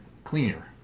cleaner